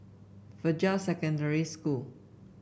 Fajar Secondary School